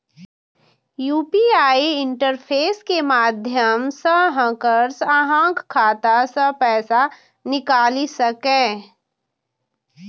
UPI interface के माध्यम सं हैकर्स अहांक खाता सं पैसा निकालि सकैए